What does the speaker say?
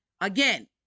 Again